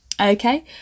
okay